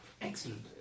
Excellent